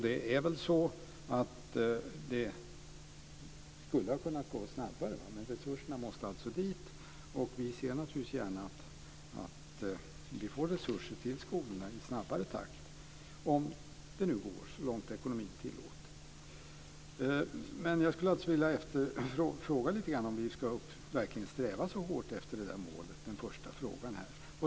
Det är väl så att det skulle ha kunnat gå snabbare. Resurserna måste alltså gå dit. Vi ser naturligtvis gärna att vi får resurser till skolorna i snabbare takt så långt ekonomin nu tillåter. Jag skulle alltså vilja fråga lite grann om huruvida vi verkligen ska sträva så hårt efter det där målet. Det är den första frågan.